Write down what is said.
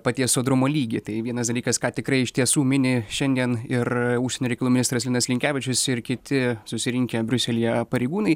paties sodrumo lygį tai vienas dalykas ką tikrai iš tiesų mini šiandien ir užsienio reikalų ministras linas linkevičius ir kiti susirinkę briuselyje pareigūnai